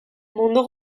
mundu